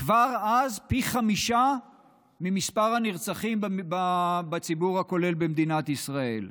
כבר אז פי חמישה ממספר הנרצחים בציבור הכולל במדינת ישראל.